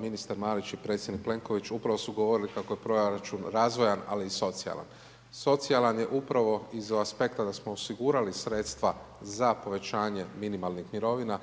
ministar Marić i predsjednik Plenković, upravo su govorili kako je proračun razvojan ali i socijalan. Socijalan je upravo iz aspekta da smo osigurali sredstva za povećanje minimalnih mirovina